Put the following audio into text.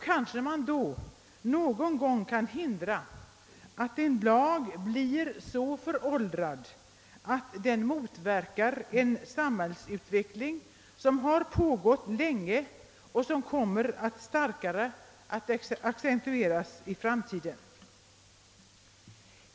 Kanske man då någon gång kan förhindra att en lag blir så föråldrad att den motverkar en samhällsutveckling som har pågått länge och som kommer att starkare accentueras i framtiden.